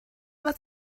was